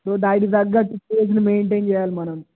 ఇప్పుడు వాటికి తగ్గట్టు సిచ్యువేషన్ మెయింటైన్ చేయాలి మనం